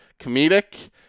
comedic